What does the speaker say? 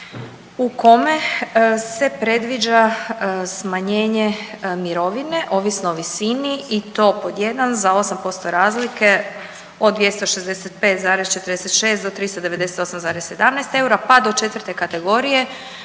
u kome se predviđa smanjenje mirovine ovisno o visini i to pod 1) za 8% razlike od 265,46 do 398,17 eura pa do 4. kategorije